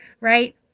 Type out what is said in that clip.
right